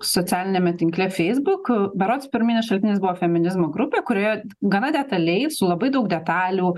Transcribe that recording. socialiniame tinkle feisbuk berods pirminis šaltinis buvo feminizmo grupė kurioje gana detaliai su labai daug detalių